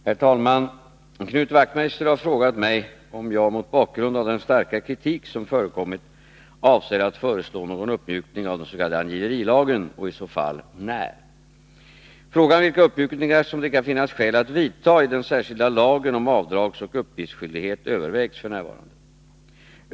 Herr talman! Knut Wachtmeister har frågat mig om jag, mot bakgrund av den starka kritik som förekommit, avser att föreslå någon uppmjukning av den s.k. angiverilagen och i så fall när. Frågan vilka uppmjukningar som det kan finnas skäl att vidta i den särskilda lagen om avdragsoch uppgiftsskyldighet övervägs f. n.